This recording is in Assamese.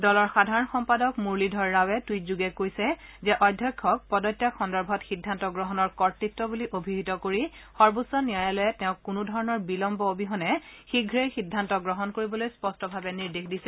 দলৰ সাধাৰণ সম্পাদক মুৰলীধৰ ৰাৱে টুইটযোগে কৈছে যে অধ্যক্ষক পদত্যাগ সন্দৰ্ভত সিদ্ধান্ত গ্ৰহণৰ কৰ্তৃত বুলি অভিহিত কৰি সৰ্বোচ্চ ন্যায়ালয়ে তেওঁক কোনো ধৰণৰ বিলম্ব অবিহনে শীঘ্ৰেই সিদ্ধান্ত গ্ৰহণ কৰিবলৈ স্পষ্টভাৱে নিৰ্দেশ দিছে